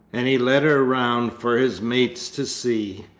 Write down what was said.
and he led her round for his mates to see!